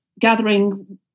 gathering